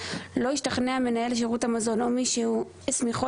לא השתכנע מנהל שירות המזון או מי שהוא הסמיכו